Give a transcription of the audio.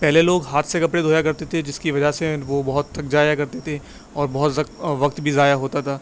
پہلے لوگ ہاتھ سے کپڑے دھویا کرتے تھے جس کی وجہ سے وہ بہت تھک جایا کرتے تھے اور بہت زکت وقت بھی ضائع ہوتا تھا